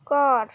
কর